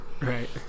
Right